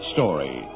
Story